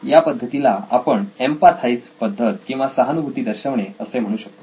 या पद्धतीला आपण एम्पथाइज पद्धत किंवा सहानुभूती दर्शवणे असे म्हणू शकतो